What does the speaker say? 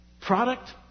product